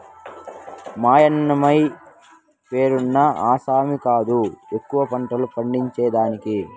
మాయన్నమే పేరున్న ఆసామి కాదు ఎక్కువ పంటలు పండించేదానికి